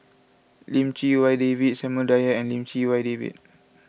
Lim Chee Wai David Samuel Dyer and Lim Chee Wai David